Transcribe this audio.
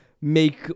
make